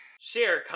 share